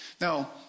now